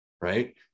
right